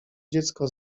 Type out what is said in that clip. dziecko